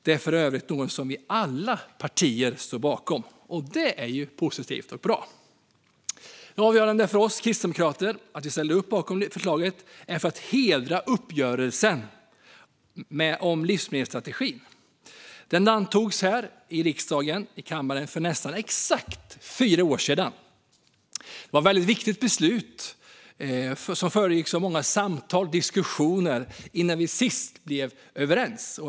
Detta är för övrigt något som alla partier står bakom, något som är positivt och bra. Det avgörande för oss kristdemokrater när vi ställer oss bakom förslaget är att hedra uppgörelsen om livsmedelsstrategin. Den antogs här i riksdagens kammare för nästan exakt fyra år sedan och var ett väldigt viktigt beslut som föregicks av många samtal och diskussioner innan vi till sist blev överens.